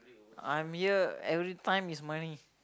I'm here every time is money